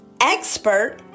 Expert